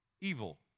Evil